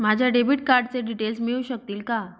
माझ्या डेबिट कार्डचे डिटेल्स मिळू शकतील का?